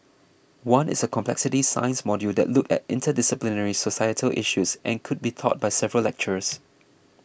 one is a complexity science module that looks at interdisciplinary societal issues and could be taught by several lecturers